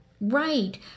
Right